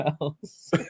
else